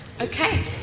Okay